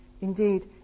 Indeed